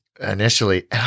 initially